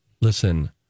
Listen